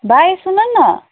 भाइ सुन न